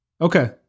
Okay